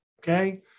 okay